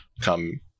come